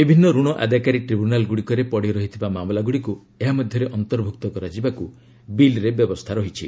ବିଭିନ୍ନ ରଣ ଆଦାୟକାରୀ ଟ୍ରିବ୍ୟୁନାଲ୍ଗୁଡ଼ିକରେ ପଡ଼ିରହିଥିବା ମାମଲାଗୁଡ଼ିକୁ ଏହା ମଧ୍ୟରେ ଅନ୍ତର୍ଭକ୍ତ କରାଯିବାକୁ ବିଲ୍ରେ ବ୍ୟବସ୍ଥା ରହିଛି